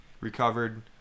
Recovered